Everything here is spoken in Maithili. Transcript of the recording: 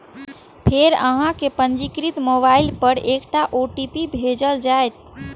फेर अहांक पंजीकृत मोबाइल पर एकटा ओ.टी.पी भेजल जाएत